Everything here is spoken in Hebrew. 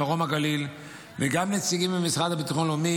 הגליל וגם לנציגים מהמשרד לביטחון לאומי,